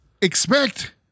expect